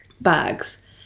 Bags